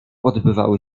odbywały